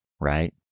right